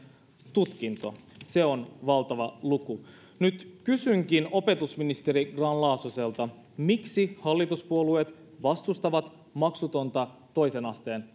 tutkinto se on valtava luku nyt kysynkin opetusministeri grahn laasoselta miksi hallituspuolueet vastustavat maksutonta toisen asteen